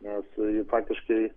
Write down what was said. nes faktiškai